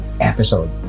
episode